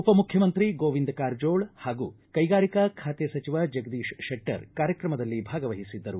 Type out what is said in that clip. ಉಪಮುಖ್ಯಮಂತ್ರಿ ಗೋವಿಂದ ಕಾರಜೋಳ ಹಾಗೂ ಕೈಗಾರಿಕಾ ಖಾತೆ ಸಚಿವ ಜಗದೀಶ್ ಶೆಟ್ಟರ್ ಕಾರ್ಯಕ್ರಮದಲ್ಲಿ ಭಾಗವಹಿಸಿದ್ದರು